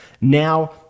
Now